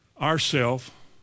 ourself